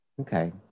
okay